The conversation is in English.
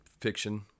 fiction